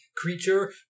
Creature